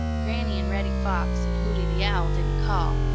granny and reddy fox and hooty the owl didn't call,